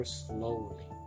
slowly